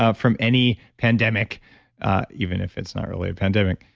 ah from any pandemic even if it's not really a pandemic,